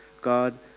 God